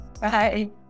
Bye